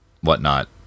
whatnot